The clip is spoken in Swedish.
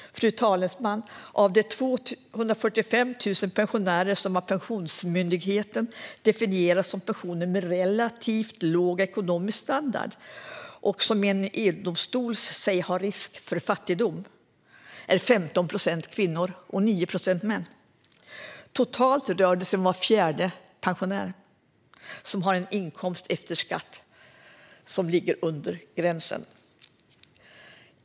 Fru talman! 245 000 pensionärer definieras av Pensionsmyndigheten som personer med "relativt låg ekonomisk standard" och har enligt EU-domstolen risk för fattigdom, vilket motsvarar 15 procent av kvinnorna och 9 procent av männen. Totalt sett rör det sig om att var fjärde pensionär har en inkomst efter skatt som ligger under gränsen.